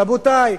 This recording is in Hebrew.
רבותי,